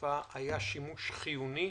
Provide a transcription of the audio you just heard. במגפה היה שימוש חיוני,